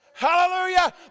Hallelujah